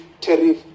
tariff